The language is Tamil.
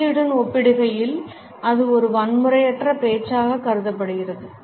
அமைதியுடன் ஒப்பிடுகையில் அது ஒரு வன்முறையற்ற பேச்சாக கருதப்படுகிறது